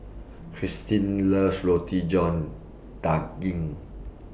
Kirstin loves Roti John Daging